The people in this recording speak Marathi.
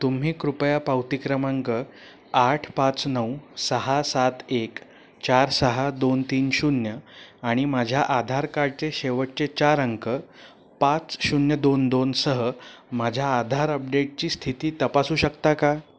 तुम्ही कृपया पावती क्रमांक आठ पाच नऊ सहा सात एक चार सहा दोन तीन शून्य आणि माझ्या आधार काडचे शेवटचे चार अंक पाच शून्य दोन दोन सह माझ्या आधार अपडेटची स्थिती तपासू शकता का